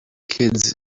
kids